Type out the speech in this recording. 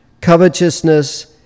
covetousness